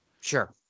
Sure